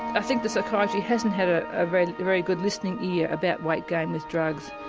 i think that psychiatry hasn't had a ah very very good listening ear about weight gain with drugs,